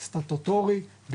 סטטוטורי,